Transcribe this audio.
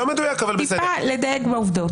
טיפה לדייק בעובדות.